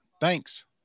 Thanks